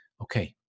Okay